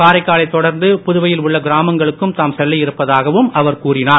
காரைக்காலைத் தொடர்ந்து புதுவையில் உள்ள கிராமங்களுக்கும் தாம் செல்ல இருப்பதாகவும் அவர் கூறினார்